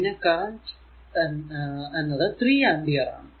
പിന്നെ കറന്റ് എന്നത് 3 ആമ്പിയർ ആണ്